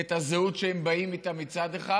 את הזהות שהם באים איתה מצד אחד,